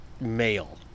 male